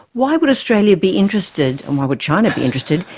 why would australia be interested, and why would china be interested,